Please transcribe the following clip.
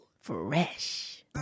Fresh